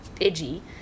edgy